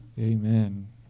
Amen